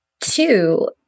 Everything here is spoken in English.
Two